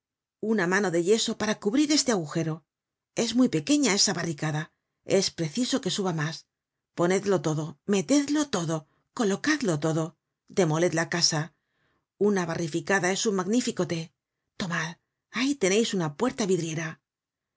una mano de yeso para cubrir este agujero es muy pequeña esa barricada es preciso que suba mas ponedlo todo metedlo todo colocadlo todo demoled la casa una barrificada es un magnífico té tomad ahí teneis una puerta vidriera